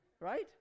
Right